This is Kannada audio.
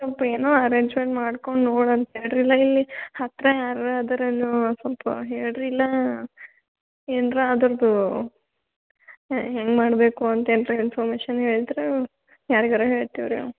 ಸ್ವಲ್ಪ ಏನೋ ಅರೇಂಜ್ಮೆಂಟ್ ಮಾಡಿಕೊಂಡು ನೋಡಿ ಅಂತ ಹೇಳಿರಿ ಅಲ್ಲ ಇಲ್ಲಿ ಹತ್ತಿರ ಯಾರಾರ ಅದರೇನೋ ಸ್ವಲ್ಪ ಹೇಳಿರಿ ಇಲ್ಲ ಏನಾರ ಅದ್ರದ್ದು ಹೆಂಗೆ ಮಾಡಬೇಕು ಅಂತ ಏನಾರ ಇನ್ಫರ್ಮೇಷನ್ ಹೇಳಿದ್ರಾ ಯಾರಿಗಾರ ಹೇಳ್ತೀವಿ ರೀ ನಾವು